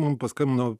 mum paskambino